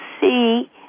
see